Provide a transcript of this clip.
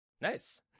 Nice